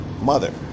mother